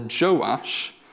Joash